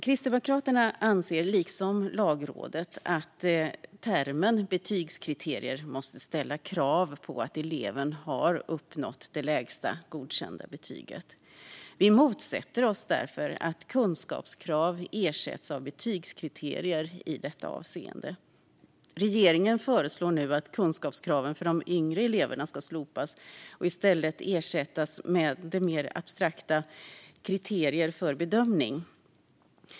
Kristdemokraterna anser, liksom Lagrådet, att termen "betygskriterier" måste ställa krav på att eleven har uppnått det lägsta godkända betyget. Vi motsätter oss därför att kunskapskrav ersätts av betygskriterier i detta avseende. Regeringen föreslår nu att kunskapskraven för de yngre eleverna ska slopas och i stället ersättas med det mer abstrakta "kriterier för bedömning".